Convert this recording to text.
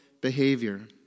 behavior